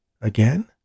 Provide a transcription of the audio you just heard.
Again